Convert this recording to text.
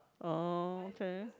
oh okay